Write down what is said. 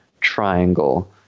triangle